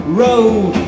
road